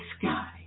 sky